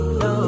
no